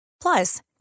Plus